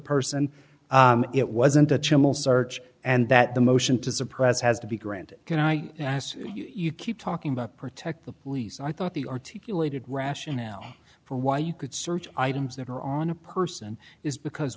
person it wasn't that simple search and that the motion to suppress has to be granted can i ask you keep talking about protect the police i thought the articulated rationale for why you could search items that are on a person is because